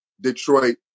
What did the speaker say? Detroit